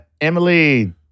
Emily